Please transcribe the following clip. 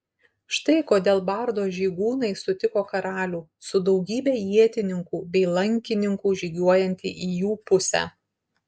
štai kodėl bardo žygūnai sutiko karalių su daugybe ietininkų bei lankininkų žygiuojantį į jų pusę